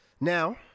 Now